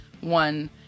one